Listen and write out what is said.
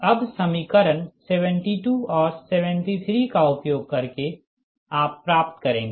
अबसमीकरण 72 और 73 का उपयोग करके आप प्राप्त करेंगे